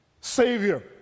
Savior